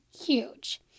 huge